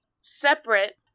separate